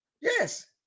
Yes